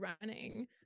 running